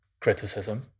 criticism